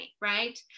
right